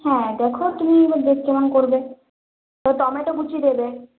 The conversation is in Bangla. হ্যাঁ দেখো তুমি কেমন করবে ও টমেটো কুচি দেবে